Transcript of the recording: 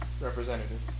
representative